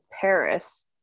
Paris